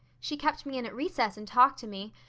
she kept me in at recess and talked to me.